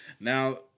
Now